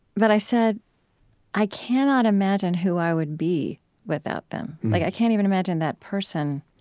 but i said i cannot imagine who i would be without them. like i can't even imagine that person.